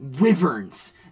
wyverns